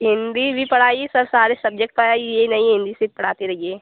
हिन्दी वी पढ़ाइए सब सारे सब्जेक्ट पढ़ाइए ये नहीं हिन्दी सिर्फ पढ़ाती रहिए